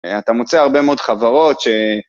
אתה מוצא הרבה מאוד חברות ש...